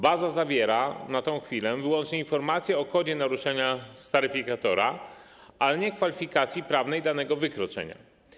Baza zawiera na tę chwilę wyłącznie informacje o kodzie naruszenia z taryfikatora, ale nie o kwalifikacji prawnej danego wykroczenia.